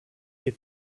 ihr